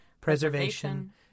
preservation